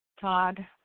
Todd